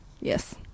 Yes